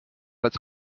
als